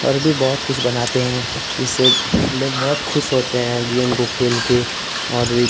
और भी बहुत कुछ बनाते हैं इससे लोग बहुत खुश होते हैं गेम को खेलकर और वह